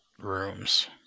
rooms